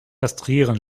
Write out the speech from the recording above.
kastrieren